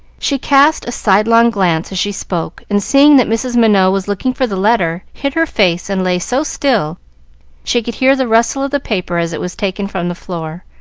she cast a sidelong glance as she spoke, and seeing that mrs. minot was looking for the letter, hid her face and lay so still she could hear the rustle of the paper as it was taken from the floor.